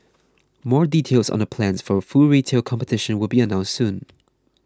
more details on the plans for full retail competition will be announced soon